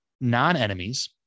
non-enemies